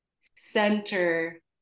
center